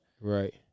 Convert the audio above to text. Right